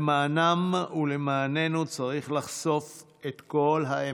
למענם ולמעננו צריך לחשוף את כל האמת.